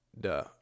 Duh